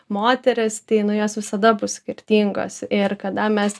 moteris tai nu jos visada bus skirtingos ir kada mes